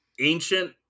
ancient